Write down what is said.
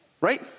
right